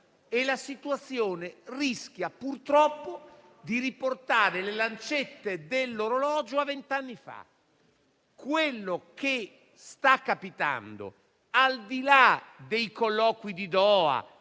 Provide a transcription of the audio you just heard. e la situazione rischia, purtroppo, di riportare le lancette dell'orologio a vent'anni fa. Quello che sta capitando - al di là dei colloqui di Doha